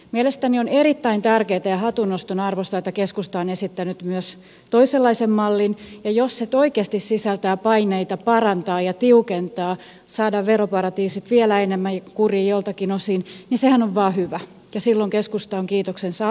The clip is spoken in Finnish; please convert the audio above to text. mielestäni on erittäin tärkeätä ja hatunnoston arvoista että keskusta on esittänyt myös toisenlaisen mallin ja jos se oikeasti sisältää paineita parantaa ja tiukentaa saada veroparatiisit vielä enemmän kuriin joiltakin osin niin sehän on vain hyvä ja silloin keskusta on kiitoksensa ansainnut